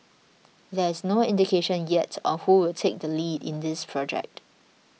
there is no indication yet on who will take the lead in this project